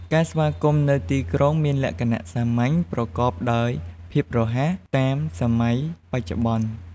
ការស្វាគមន៍នៅទីក្រុងមានលក្ខណៈសាមញ្ញ ប្រកបដោយភាពរហ័ស តាមសម័យបច្ចុប្បន្ន។